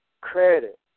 credit